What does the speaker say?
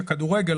הכדורגל,